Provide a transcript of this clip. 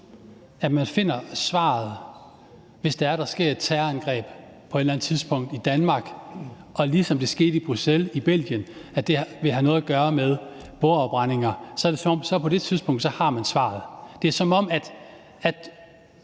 om man finder svaret, hvis der sker et terrorangreb på et eller andet tidspunkt i Danmark og det, ligesom det var tilfældet i Bruxelles i Belgien, vil have noget at gøre med bogafbrændinger. Så er det, som om at på det tidspunkt har man svaret. Det er, som om man